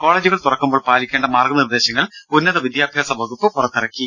കോളജുകൾ തുറക്കുമ്പോൾ പാലിക്കേണ്ട മാർഗനിർദ്ദേശങ്ങൾ ഉന്നത വിദ്യാഭ്യാസ വകുപ്പ് പുറത്തിറക്കി